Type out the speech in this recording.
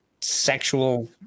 sexual